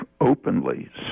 openly